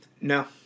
No